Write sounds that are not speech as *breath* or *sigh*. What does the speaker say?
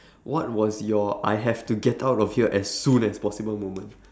*breath* what was your I have to get out of here as soon as possible moment